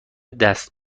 دست